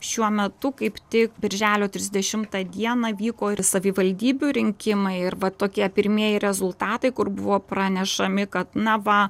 šiuo metu kaip tik birželio trisdešimtą dieną vyko ir savivaldybių rinkimai ir va tokie pirmieji rezultatai kur buvo pranešami kad na va